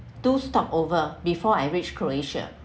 two stop over before I reach croatia